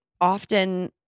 often